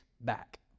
back